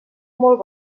molt